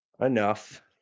enough